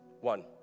One